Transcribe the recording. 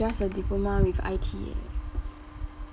just a diploma with I_T eh